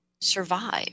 survive